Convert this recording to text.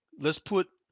let's put